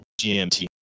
GMT